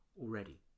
already